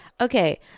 Okay